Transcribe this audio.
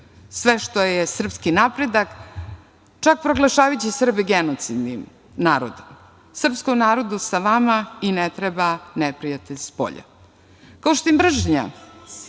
sve što je srpski napredak, čak proglašavajući Srbe genocidnim narodom. Srpskom narodu sa vama i ne treba neprijatelj spolja. Kao što je mržnja